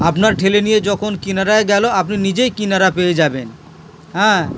আপনার ঠেলে নিয়ে যখন কিনারায় গেল আপনি নিজেই কিনারা পেয়ে যাবেন হ্যাঁ